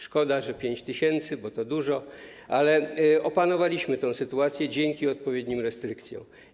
Szkoda, że 5 tys., bo to dużo, ale opanowaliśmy tę sytuację dzięki odpowiednim restrykcjom.